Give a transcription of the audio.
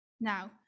Now